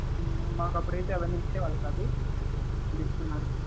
మాకప్పుడైతే అవన్నీ ఇచ్చేవాళ్ళు కాదు ఇప్పుడిస్తున్నారు